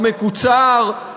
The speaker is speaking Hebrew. המקוצר,